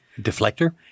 deflector